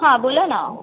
हां बोला ना